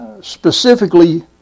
specifically